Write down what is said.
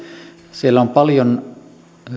siellä on paljon